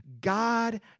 God